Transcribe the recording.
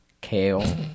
kale